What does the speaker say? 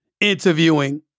interviewing